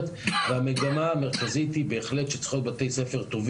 כשהיא תסיים את בית הספר.